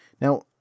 Now